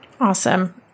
Awesome